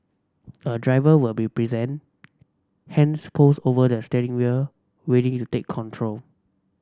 a driver will be present hands pose over their steering wheel ready to take control